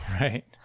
Right